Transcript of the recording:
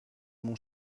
mon